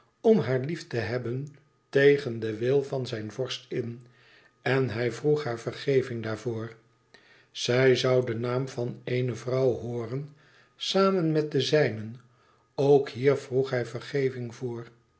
om haar lief te hebben tegen den wil van zijn vorst in en hij vroeg haar vergeving daarvoor zij zoû den naam van eene vrouw hooren samen met den zijnen ook hier vroeg hij om vergeving voor